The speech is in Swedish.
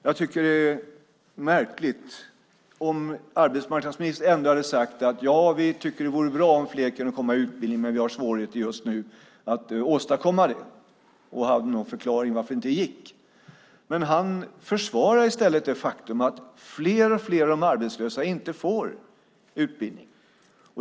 Jag tycker att det är märkligt. Om arbetsmarknadsministern ändå hade sagt att han tycker att det vore bra om fler kunde komma in i utbildning men att man har svårigheter just nu att åstadkomma det och hade någon förklaring till att det inte går! I stället försvarar han det faktum att fler och fler av de arbetslösa inte får utbildning.